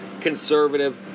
conservative